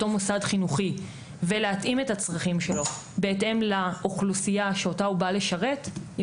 מוסד חינוכי ולהתאים את הצרכים שלו בהתאם לאוכלוסייה שאותה הוא לשרת היא